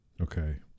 Okay